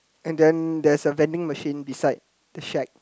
and then there is a vending machine beside the shack